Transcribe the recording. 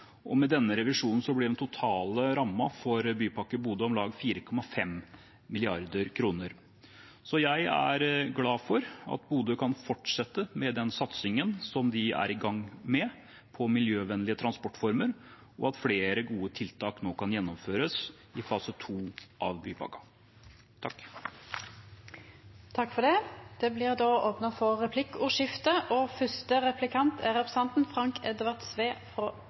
og med denne revisjonen blir den totale rammen for Bypakke Bodø om lag 4,5 mrd. kr. Så jeg er glad for at Bodø kan fortsette med den satsingen som de er i gang med på miljøvennlige transportformer, og at flere gode tiltak nå kan gjennomføres i fase 2 av bypakken. Det blir replikkordskifte. I denne saka ser vi at bompengedelen skal aukast, og